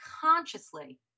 consciously